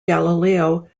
galileo